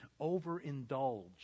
overindulge